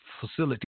facility